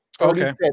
okay